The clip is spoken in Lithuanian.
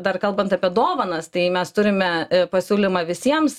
dar kalbant apie dovanas tai mes turime pasiūlymą visiems